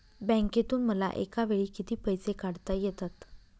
बँकेतून मला एकावेळी किती पैसे काढता येतात?